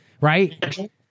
right